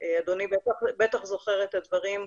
אדוני בטח זוכר את הדברים.